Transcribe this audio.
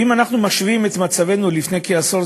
ואם אנחנו משווים את המצב הזה למצבנו לפני כעשור,